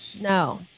No